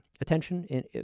attention